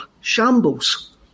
shambles